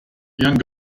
young